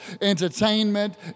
entertainment